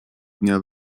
dnia